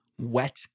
wet